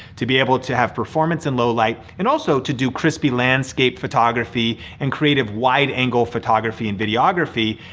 to be able to have performance and low light, and also to do crispy landscape photography and creative wide angle photography and videography,